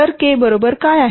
तर K बरोबर आहे काय